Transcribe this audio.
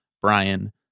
Brian